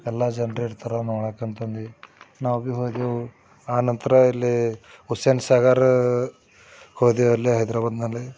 ಎಲ್ಲ ಜನ್ರು ಇರ್ತಾರೆ ನೋಡೋಕ್ಕಂತಂದು ನಾವು ಭೀ ಹೋದೆವು ಆ ನಂತರ ಇಲ್ಲಿ ಹುಸೇನ್ ಸಾಗರ ಹೋದೆವು ಅಲ್ಲಿ ಹೈದರಾಬಾದ್ನಲ್ಲಿ